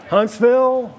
Huntsville